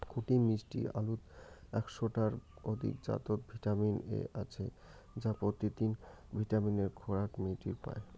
কটি মিষ্টি আলুত একশ টার অধিক জাতত ভিটামিন এ আছে যা পত্যিদিন ভিটামিনের খোরাক মিটির পায়